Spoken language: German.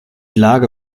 lage